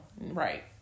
Right